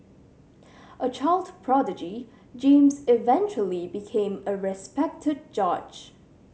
a child prodigy James eventually became a respected judge